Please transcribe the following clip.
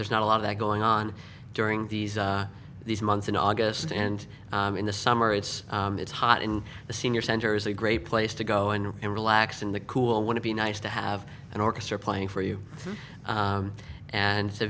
there's not a lot of that going on during these these months in august and in the summer it's it's hot and the senior center is a great place to go and relax in the cool want to be nice to have an orchestra playing for you and it's a